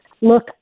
look